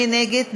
מי נגד?